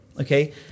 okay